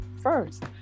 first